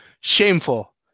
Shameful